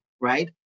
right